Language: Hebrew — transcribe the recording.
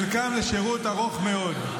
את חלקם לשירות ארוך מאוד.